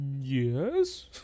Yes